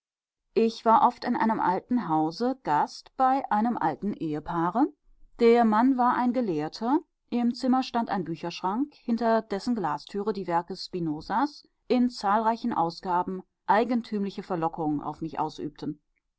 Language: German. ich war oft in einem alten hause gast bei einem alten ehepaare der mann war ein gelehrter im zimmer stand ein bücherschrank hinter dessen glastüre die werke spinozas in zahlreichen ausgaben eigentümliche verlockung auf mich ausübten